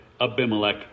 Abimelech